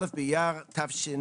א' באייר תשפ"ב,